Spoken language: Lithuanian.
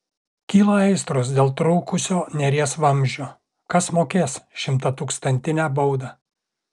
kyla aistros dėl trūkusio neries vamzdžio kas mokės šimtatūkstantinę baudą